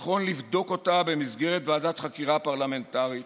נכון לבדוק אותה במסגרת ועדת חקירה פרלמנטרית,